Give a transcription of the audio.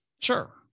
Sure